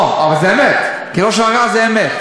או, אבל זה אמת, כי לשון הרע זה אמת.